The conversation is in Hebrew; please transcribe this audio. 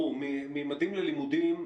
"ממדים ללימודים",